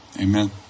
Amen